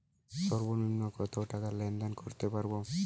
সর্বনিম্ন কত টাকা লেনদেন করতে পারবো?